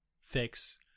fix